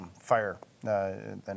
fire